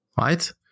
right